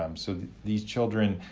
um so these children